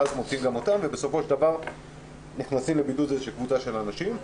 ואז מוציאים גם אותם ובסופו של דבר נכנסת לבידוד קבוצה של אנשים.